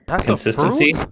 consistency